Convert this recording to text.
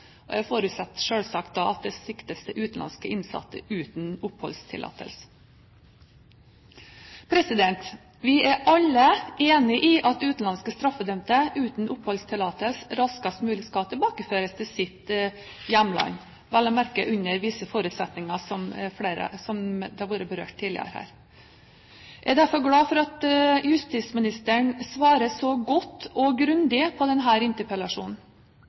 Jeg forutsetter selvsagt at det siktes til utenlandske innsatte uten oppholdstillatelse. Vi er alle enige om at utenlandske straffedømte uten oppholdstillatelse raskest mulig skal tilbakeføres til sitt hjemland, vel å merke under visse forutsetninger, noe som har vært berørt tidligere her. Jeg er derfor glad for at justisministeren svarer så godt og grundig på denne interpellasjonen.